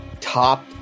top